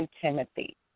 Timothy